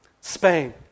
Spain